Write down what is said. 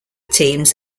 teams